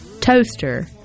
toaster